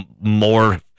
more